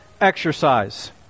exercise